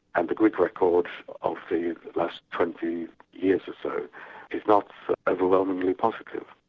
and the greek records of the last twenty years or so is not overwhelmingly positive.